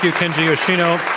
kenji yoshino.